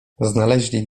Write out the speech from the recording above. znaleźli